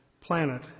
planet